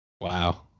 Wow